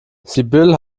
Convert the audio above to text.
sibylle